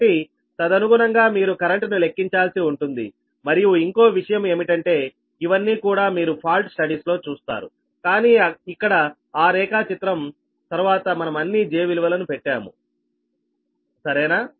కాబట్టి తదనుగుణంగా మీరు కరెంట్ను లెక్కించాల్సి ఉంటుంది మరియు ఇంకో విషయం ఏమిటంటే ఇవన్నీ కూడా మీరు ఫాల్ట్ స్టడీస్ లో చూస్తారు కానీ ఇక్కడ అ రేఖాచిత్రం తరువాత మనము అన్ని 'j' విలువలను పెట్టాము సరేనా